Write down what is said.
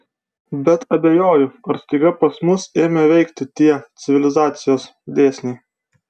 bet abejoju ar staiga pas mus ėmė veikti tie civilizacijos dėsniai